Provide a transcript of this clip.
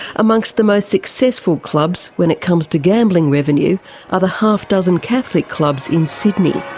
amongst the most successful clubs when it comes to gambling revenue are the half dozen catholic clubs in sydney.